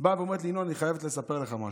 באה ואמרה לי: ינון, אני חייבת לספר לך משהו.